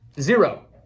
Zero